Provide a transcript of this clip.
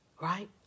Right